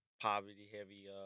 poverty-heavy